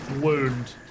wound